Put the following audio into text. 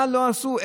מה לא עשו.